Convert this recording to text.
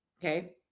okay